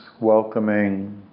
welcoming